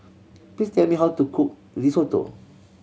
please tell me how to cook Risotto